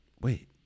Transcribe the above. Wait